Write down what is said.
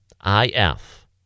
I-F